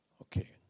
Okay